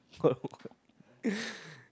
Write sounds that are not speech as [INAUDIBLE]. [LAUGHS]